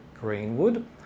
Greenwood